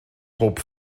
pob